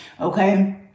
okay